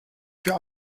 für